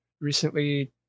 Recently